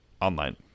online